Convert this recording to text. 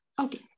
okay